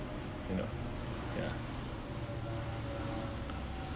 you know ya